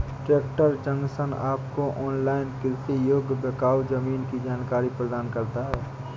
tractor junction आपको online कृषि योग्य बिकाऊ जमीन की जानकारी प्रदान करता है